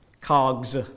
Cogs